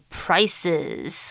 prices